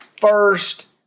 first